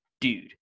dude